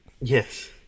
Yes